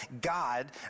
God